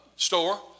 store